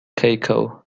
keiko